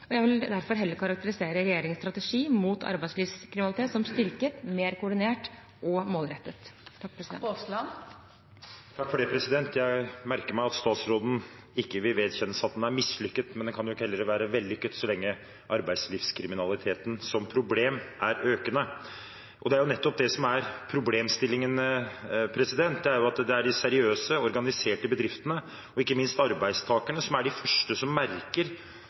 Jeg vil derfor heller karakterisere regjeringens strategi mot arbeidslivskriminalitet som styrket, mer koordinert og målrettet. Jeg merker meg at statsråden ikke vil vedkjenne seg at strategien er mislykket, men den kan jo heller ikke være vellykket så lenge arbeidslivskriminaliteten som problem er økende. Det er nettopp det som er problemstillingen, for det er de seriøse, organiserte bedriftene, og ikke minst arbeidstakerne, som er de første som merker